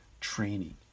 training